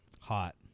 Hot